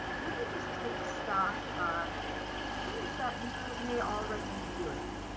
and really just take stock of things that you may already be doing.